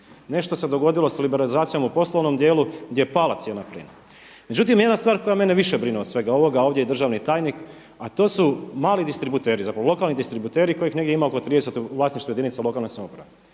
nešto se dogodilo sa liberalizacijom u poslovnom dijelu gdje je pala cijena plina. Međutim jedna stvar koja mene više brine od svega ovoga, a ovdje je državni tajnik, a to su mali distributeri, zapravo lokalni distributeri kojih negdje ima oko 30 u vlasništvu jedinica lokalne samouprave.